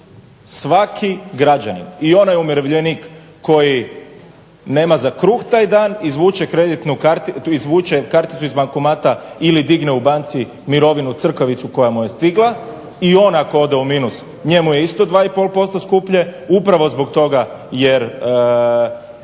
Svaki građanin i onaj umirovljenik koji nema za kruh taj dan, izvuče karticu iz bankomata ili digne u banci mirovinu, crkavicu koja mu je stigla i on ako ode u minus njemu je isto 2,5% skuplje upravo zbog toga,